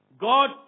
God